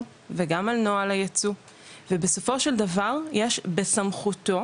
וגם על נוהל הייצוא ובסופו של דבר יש בסמכותו,